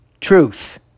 truth